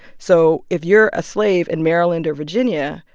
so if you're a slave in maryland or virginia,